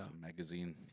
Magazine